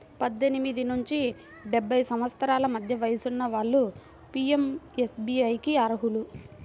పద్దెనిమిది నుండి డెబ్బై సంవత్సరాల మధ్య వయసున్న వాళ్ళు పీయంఎస్బీఐకి అర్హులు